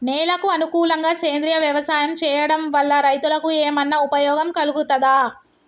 నేలకు అనుకూలంగా సేంద్రీయ వ్యవసాయం చేయడం వల్ల రైతులకు ఏమన్నా ఉపయోగం కలుగుతదా?